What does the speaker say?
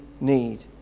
need